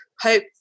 hope